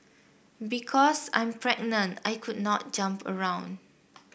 because I'm pregnant I could not jump around